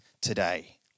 today